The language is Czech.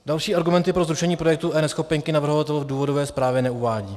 Další argumenty pro zrušení projektu eNeschopenky navrhovatel v důvodové zprávě neuvádí.